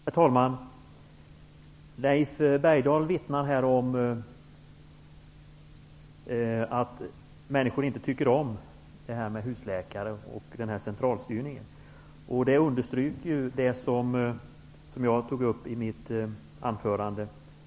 Herr talman! Leif Bergdahl vittnar här om att människor inte tycker om detta med husläkare och centralstyrningen. Det understryker det som jag tidigare tog upp i mitt anförande.